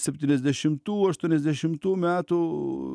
septyniasdešimtų aštuoniasdešimtų metų